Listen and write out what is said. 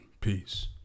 Peace